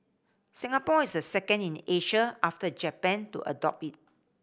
Singapore is the second in Asia after Japan to adopt it